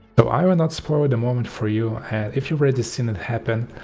so i will not spoil the moment for you and if you've already seen it happen,